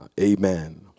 Amen